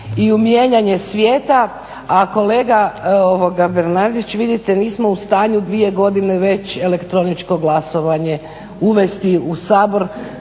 i u mijenjanje svijeta. A kolega Bernardić vidite nismo u stanju dvije godine već elektroničko glasovanje uvesti u Sabor